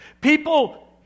People